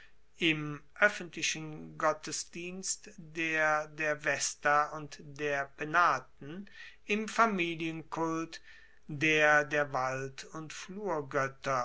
im oeffentlichen gottesdienst der der vesta und der penaten im familienkult der der wald und